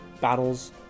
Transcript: battles